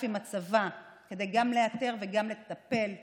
עם הצבא כדי לאתר וגם לטפל בחיילים,